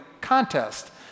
contest